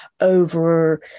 over